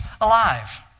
alive